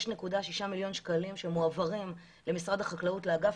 6.6 מיליון שקלים שמועברים למשרד החקלאות לאגף